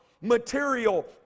material